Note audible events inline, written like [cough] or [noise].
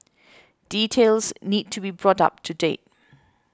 [noise] details need to be brought up to date